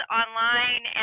online